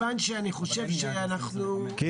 אני